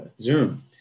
Zoom